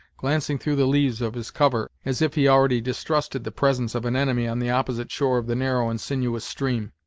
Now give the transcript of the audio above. glancing through the leaves of his cover, as if he already distrusted the presence of an enemy on the opposite shore of the narrow and sinuous stream.